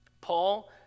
Paul